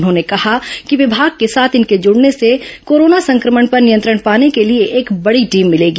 उन्होंने कहा कि विमाग के साथ इनके जुडने से कोरोना संक्रमण पर नियंत्रण पाने के लिए एक बड़ी टीम मिलेगी